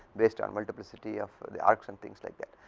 based on multiplicity of the arcs and things like that,